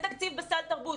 אין תקציב בסל תרבות.